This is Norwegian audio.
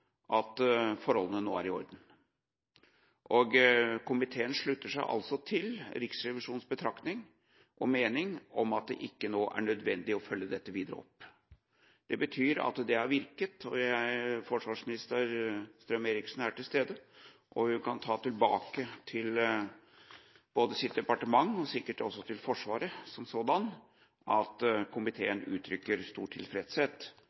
at forholdene nå er i orden. Komiteen slutter seg altså til Riksrevisjonens betraktning – og mening – om at det ikke nå er nødvendig å følge dette videre opp. Det betyr at det har virket. Forsvarsminister Strøm-Erichsen er til stede her, og hun kan ta med tilbake til sitt departement, og sikkert også til Forsvaret som sådan, at komiteen uttrykker stor tilfredshet